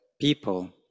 people